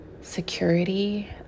security